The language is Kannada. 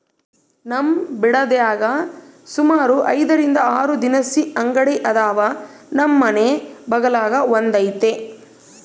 ನಮ್ ಬಿಡದ್ಯಾಗ ಸುಮಾರು ಐದರಿಂದ ಆರು ದಿನಸಿ ಅಂಗಡಿ ಅದಾವ, ನಮ್ ಮನೆ ಬಗಲಾಗ ಒಂದೈತೆ